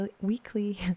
Weekly